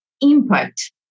impact